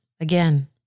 Again